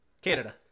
Canada